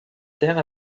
terres